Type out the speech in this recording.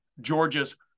Georgia's